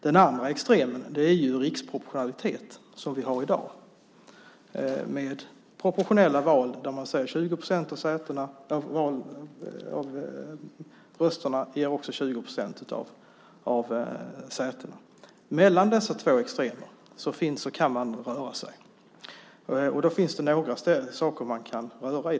Den andra extremen är riksproportionalitet, som vi har i dag, med proportionella val där 20 procent av rösterna också ger 20 procent av sätena. Sedan kan man röra sig mellan dessa två extremer. Det finns några saker man kan röra i.